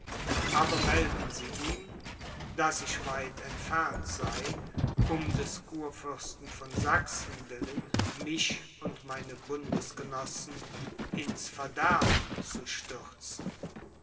aber melden sie ihm daß ich weit entfernt sei um des kurfürsten von sachsen willen mich und meine bundesgenossen ins verderben zu stürzen